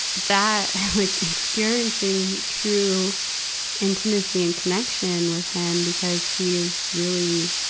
that, and like experiencing true intimacy and connection with him, because he's really,